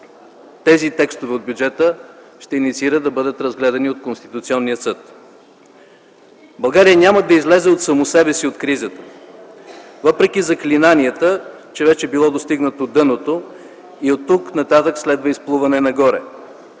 тези текстове от бюджета да бъдат разгледани от Конституционния съд. България няма да излезе от само себе си от кризата въпреки заклинанията, че вече било достигнато дъното и оттук нататък следвало изплуване нагоре.